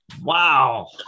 Wow